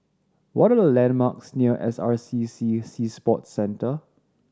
what are the landmarks near N S R C C Sea Sports Centre